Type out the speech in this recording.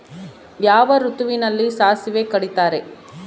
ಯಾವ ಋತುವಿನಲ್ಲಿ ಸಾಸಿವೆ ಕಡಿತಾರೆ?